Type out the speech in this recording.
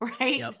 Right